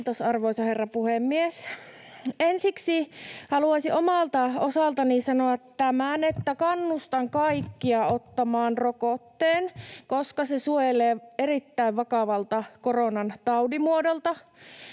Kiitos, arvoisa herra puhemies! Ensiksi haluaisin omalta osaltani sanoa tämän, että kannustan kaikkia ottamaan rokotteen, koska se suojelee erittäin vakavalta koronan tautimuodolta,